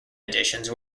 editions